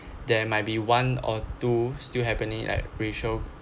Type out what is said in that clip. there might be one or two still happening at racial